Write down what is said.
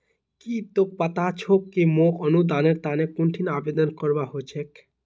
की तोक पता छोक कि मोक अनुदानेर तने कुंठिन आवेदन करवा हो छेक